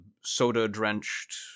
soda-drenched